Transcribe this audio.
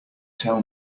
tell